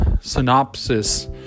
synopsis